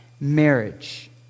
marriage